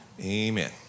Amen